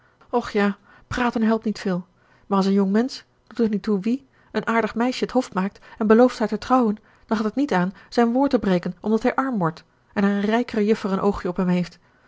ja praten helpt niet veel maar als een jongmensch t doet er niet toe wie een aardig meisje t hof maakt en belooft haar te trouwen dan gaat het niet aan zijn woord te breken omdat hij arm wordt en er een rijkere juffer een oogje op hem heeft